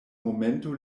momento